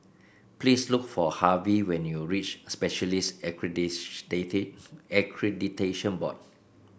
please look for Harvy when you reach Specialists Accreditation Board